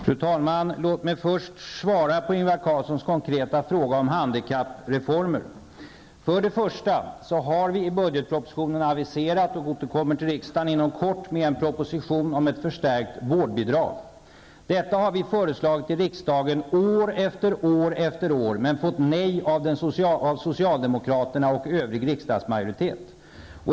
Fru talman! Låt mig först svara på Ingvar Carlssons konkreta fråga om handikappreformer. För det första har vi i budgetpropositionen aviserat en proposition, och vi återkommer till riksdagen inom kort med en proposition om ett förstärkt vårdbidrag. Detta har vi föreslagit i riksdagen år efter år men fått nej av socialdemokraterna och övrig riksdagsmajoritet.